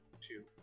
two